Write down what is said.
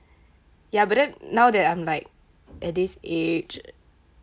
ya but then now that I'm like at this age